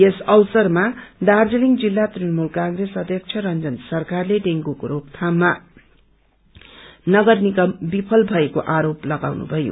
यस अवसरमा दार्जीलिङ जित्ता तृणमूल कंप्रेस अध्यक्ष रंजन सरकारले डेंगूको रोकयाममा नगरनिगम विफ्ल भएको आरोप लगाउनु भयो